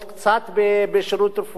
קצת בשירות רפואי,